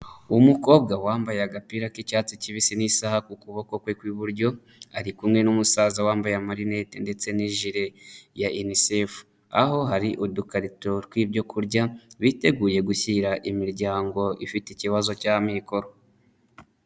Umukobwa wambaye agapira k'icyatsi kibisi n'isaha ku kuboko kwe kw'iburyo, ari kumwe n'umusaza wambaye amarinete ndetse n'ijire ya UNICEF, aho hari udukarito tw'ibyo kurya biteguye gushyira imiryango ifite ikibazo cy'amikoro.